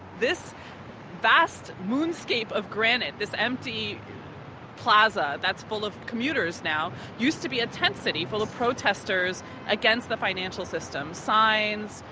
this vast moonscape of granite, this empty plaza that's full of commuters now, used to be a tent city full of protesters against the financial system signs,